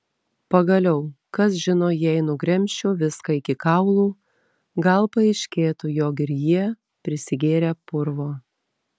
pagaliau kas žino jei nugremžčiau viską iki kaulų gal paaiškėtų jog ir jie prisigėrę purvo